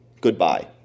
goodbye